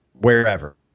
wherever